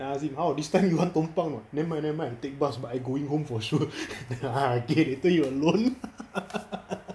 then I ask him how this time you want tobang or not never mind never mind I take bus but I going home for sure ah okay later you alone